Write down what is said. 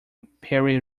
perry